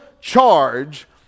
charge